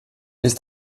ist